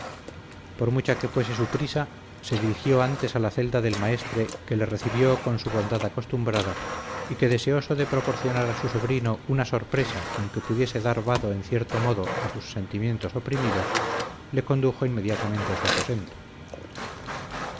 por mucha que fuese su prisa se dirigió antes a la celda del maestre que le recibió con su bondad acostumbrada y que deseoso de proporcionar a su sobrino una sorpresa con que pudiese dar vado en cierto modo a sus sentimientos oprimidos le condujo inmediatamente a su aposento